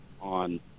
on